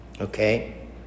Okay